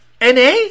NA